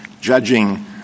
judging